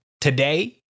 Today